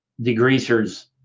degreasers